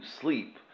sleep